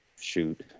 shoot